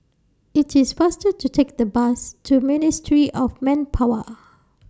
IT IS faster to Take The Bus to Ministry of Manpower